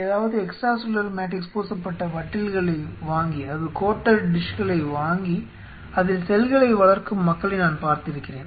ஏதாவது extra cellular matrix பூசப்பட்ட வட்டில்களை வாங்கி அதில் செல்களை வளர்க்கும் மக்களை நான் பார்த்திருக்கிறேன்